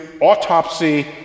autopsy